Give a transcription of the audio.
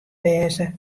wêze